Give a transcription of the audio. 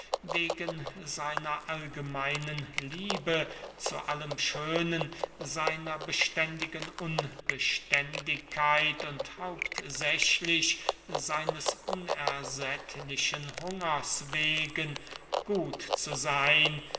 wegen seiner allgemeinen liebe zu allem schönen seiner beständigen unbeständigkeit und hauptsächlich seines unersättlichen hungers wegen gut zu seyn